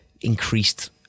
increased